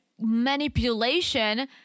manipulation